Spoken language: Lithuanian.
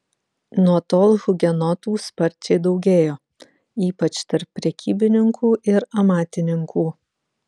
nuo tol hugenotų sparčiai daugėjo ypač tarp prekybininkų ir amatininkų